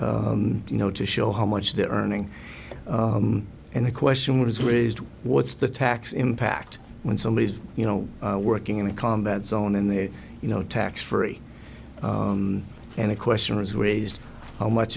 you know to show how much they're earning and the question was raised what's the tax impact when somebody you know working in a combat zone in there you know tax free and the question was raised how much